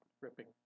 ripping